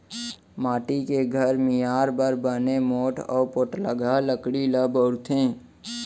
माटी के घर मियार बर बने मोठ अउ पोठलगहा लकड़ी ल बउरथे